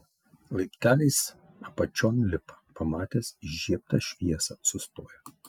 laipteliais apačion lipa pamatęs įžiebtą šviesą sustoja